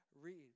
read